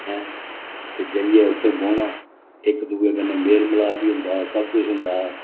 ऐं ते जाइयै उत्थै बौह्ना एक्क दूए कन्नै मेल मलाप बी होंदा हा सब किश होंदा हा